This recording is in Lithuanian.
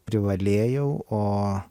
privalėjau o